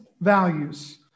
values